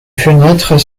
fenêtres